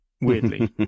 weirdly